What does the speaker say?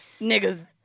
niggas